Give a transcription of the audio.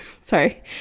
sorry